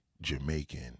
Jamaican